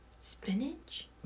Spinach